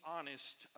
Honest